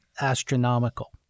astronomical